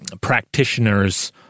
practitioners